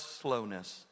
slowness